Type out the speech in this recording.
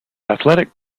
athletic